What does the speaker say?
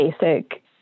basic